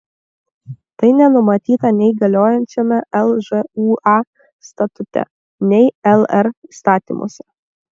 tai nenumatyta nei galiojančiame lžūa statute nei lr įstatymuose